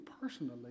personally